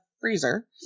freezer